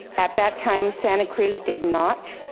at that time, santa cruz did not,